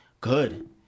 good